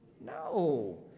No